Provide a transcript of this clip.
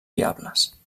viables